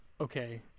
Okay